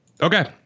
okay